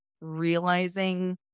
realizing